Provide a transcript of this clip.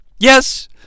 Yes